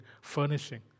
furnishing